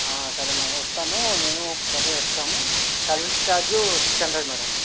ఆ సరే మేము వస్తాము నేనూ ఇంకొక్క అబ్బాయి వస్తాము service charge six hundred madam